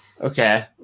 Okay